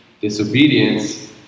disobedience